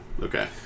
Okay